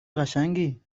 قشنگی